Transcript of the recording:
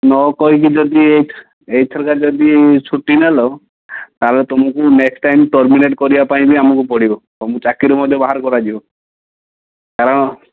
ନ କହିକି ଯଦି ଏଇଥରକା ଯଦି ଛୁଟି ନେଲ ତା'ହେଲେ ତୁମକୁ ନେକ୍ସଟ୍ ଟାଇମ୍ ଟର୍ମିନେଟ୍ କରିବା ପାଇଁ ବି ଆମକୁ ପଡ଼ିବ ତୁମକୁ ଚାକିରିରୁ ମଧ୍ୟ ବାହାର କରାଯିବ କାରଣ